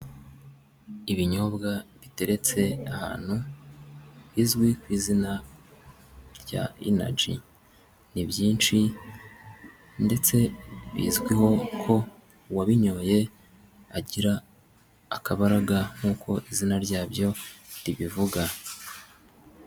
Ibinyobwa biteretse ahantu, izwi ku izina rya inaji ni byinshi ndetse bizwiho ko uwabinyoye agira akabaraga, nk'uko izina ryabyo ribivuga.